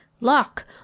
lock